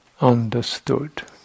understood